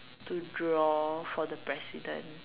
to draw for the president